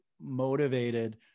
motivated